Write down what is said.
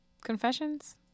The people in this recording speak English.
Confessions